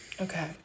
okay